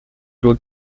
doit